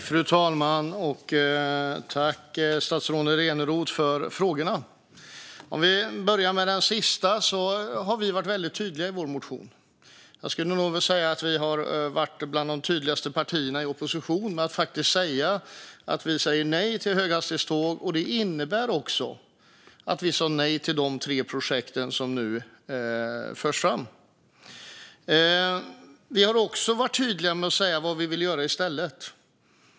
Fru talman! Tack, statsrådet Eneroth, för frågorna! Låt mig börja med den sista. Vi har varit väldigt tydliga i vår motion. Jag skulle nog vilja säga att vi har varit bland de tydligaste partierna i oppositionen när det gäller att faktiskt framhålla att vi säger nej till höghastighetståg. Det innebär också att vi säger nej till de tre projekt som nu förs fram. Vi har också varit tydliga med vad vi vill göra i stället.